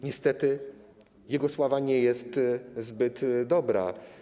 Niestety jego sława nie jest zbyt dobra.